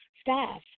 staff